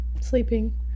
Sleeping